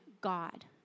God